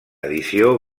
edició